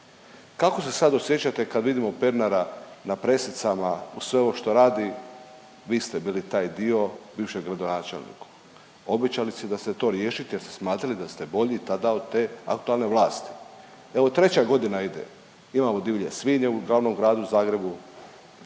Kako se sad osjećate kad vidimo Pernara na pressicama uz sve ovo šta radi vi ste bili taj dio bivšeg gradonačelniku. Obećali ste da ćete to riješiti jer ste smatrali da ste bolji tada od te aktualne vlasti. Evo treća godina ide, imamo divlje svinje u glavnom gradu Zagrebu,